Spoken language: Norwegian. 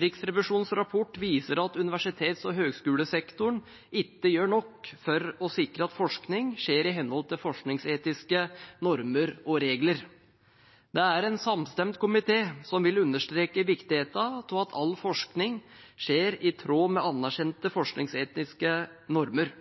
Riksrevisjonens rapport viser at universitets- og høyskolesektoren ikke gjør nok for å sikre at forskning skjer i henhold til forskningsetiske normer og regler. Det er en samstemt komité som vil understreke viktigheten av at all forskning skjer i tråd med anerkjente forskningsetiske normer.